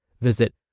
Visit